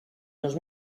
dos